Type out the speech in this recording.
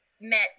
met